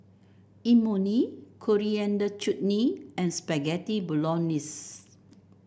Imoni Coriander Chutney and Spaghetti Bolognese